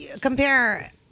compare